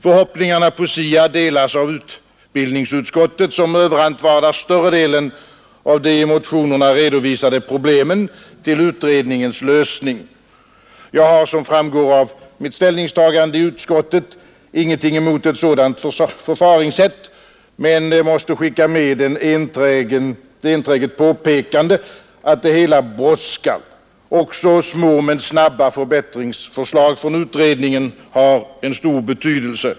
Förhoppningarna på SIA delas av utbildningsutskottet som överantvardat större delen av de i motionerna redovisade problemen till utredningens lösning. Jag har, som framgår av mitt ställningstagande i utskottet, inget emot ett sådant förfaringssätt men måste skicka med ett enträget påpekande att det hela brådskar. Också små men snabba förbättringsförslag från utredningen har stor betydelse.